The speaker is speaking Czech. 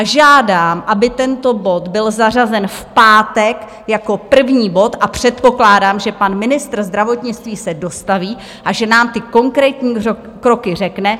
Žádám, aby tento bod byl zařazen v pátek jako první bod a předpokládám, že pan ministr zdravotnictví se dostaví a že nám ty konkrétní kroky řekne.